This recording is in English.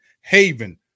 Haven